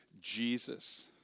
Jesus